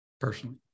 personally